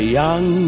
young